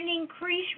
increase